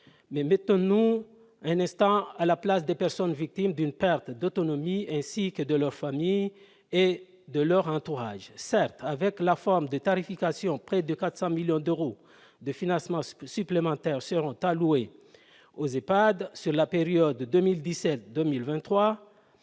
Mais mettons-nous un instant à la place des personnes victimes d'une perte d'autonomie, ainsi que de leur famille et de leur entourage. Certes, avec la réforme de la tarification, près de 400 millions d'euros de financements supplémentaires seront alloués aux EHPAD sur la période de 2017-2023.